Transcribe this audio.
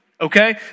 Okay